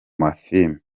mafilime